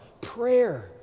prayer